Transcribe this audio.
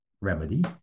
remedy